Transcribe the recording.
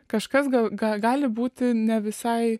kažkas gal gali būti ne visai